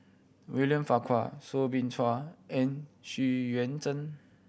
William Farquhar Soo Bin Chua and Xu Yuan Zhen